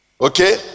okay